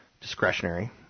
discretionary